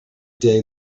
day